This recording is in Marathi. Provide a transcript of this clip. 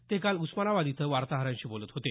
ते काल उस्मानाबाद इथं वार्ताहरांशी बोलत होते